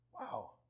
Wow